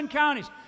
counties